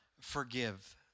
forgive